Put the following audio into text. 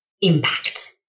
Impact